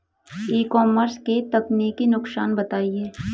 ई commerce के तकनीकी नुकसान बताएं?